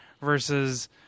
Versus